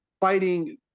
fighting